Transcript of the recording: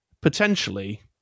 potentially